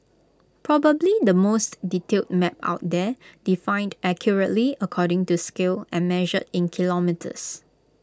probably the most detailed map out there defined accurately according to scale and measured in kilometres